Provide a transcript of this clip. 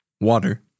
water